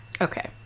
okay